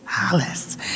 Alice